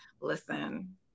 listen